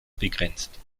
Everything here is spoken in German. begrenzt